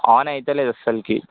on అవ్వడంలేదు అసలుకి